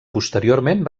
posteriorment